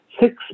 six